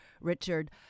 Richard